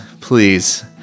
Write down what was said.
please